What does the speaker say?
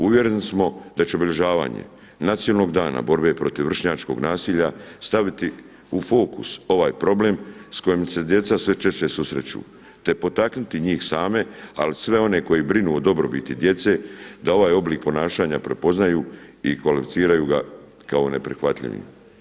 Uvjereni smo da će obilježavanje Nacionalnog dana borbe protiv vršnjačkog nasilja staviti u fokus ovaj problem s kojim se djeca sve češće susreću te potaknuti i njih same ali i sve one koji brinu o dobrobiti djece da ovaj oblik ponašanja prepoznaju i kvalificiraju ga kao neprihvatljivim.